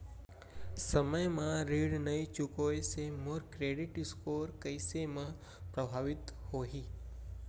समय म ऋण नई चुकोय से मोर क्रेडिट स्कोर कइसे म प्रभावित होही?